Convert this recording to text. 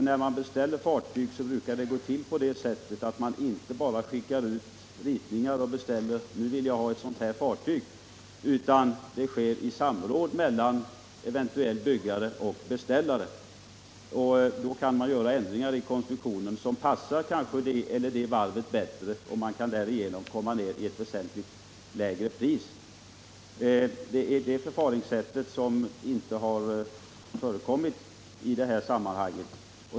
När man beställer fartyg brukar man inte bara skicka ut ritningar på ett fartyg med en viss utformning, utan beställningen brukar göras i samråd mellan eventuell byggare och beställare. Då kan man göra konstruktionsändringar med tanke på betingelserna för det varv det gäller, och man kan därigenom komma ned i ett väsentligt lägre pris. Ett sådant förfaringssätt har inte tillämpats i detta sammanhang.